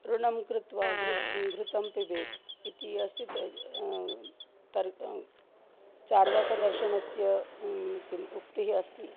ऋणं कृत्वा घृ घृतं पिबेत् इति अस्ति तद् तर् चार्वकदर्शनस्य किम् उक्तिः अस्ति